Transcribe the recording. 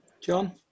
John